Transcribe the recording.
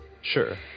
Sure